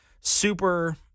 Super